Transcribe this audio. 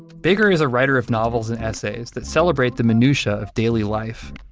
baker is a writer if novels and essays that celebrate the minutia of daily life.